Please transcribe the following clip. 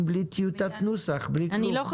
וזה היה בלי טיוטת נוסח, בלי כלום.